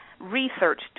research